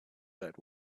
that